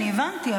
הבנתי.